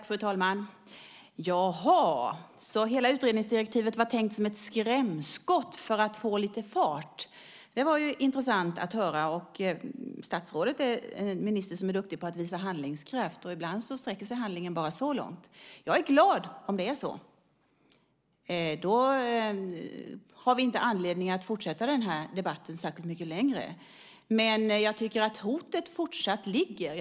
Fru talman! Jaha, så hela utredningsdirektivet var tänkt som ett skrämskott för att få lite fart. Det var ju intressant att höra. Statsrådet är en minister som är duktig på att visa handlingskraft, och ibland sträcker sig handlingen bara så långt. Jag är glad om det är så. Då har vi inte anledning att fortsätta den här debatten särskilt mycket längre. Men jag tycker att hotet fortsatt ligger kvar.